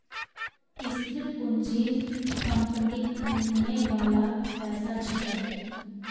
स्थिर पूंजी संपत्तिक मिलने बाला पैसा छिके